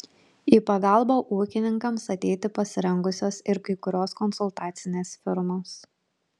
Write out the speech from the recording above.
į pagalbą ūkininkams ateiti pasirengusios ir kai kurios konsultacinės firmos